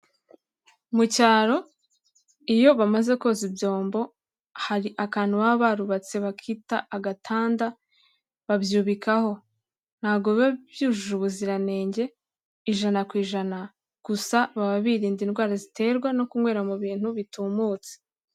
Mu cyaro iyo bamaze koza ibyombo hari akantu baba barubatse bakita agatanda babyubikaho, ntagobe byujuje ubuziranenge ijana ku ijana gusa baba birinda indwara ziterwa no kunywera mu bintu bitumutse.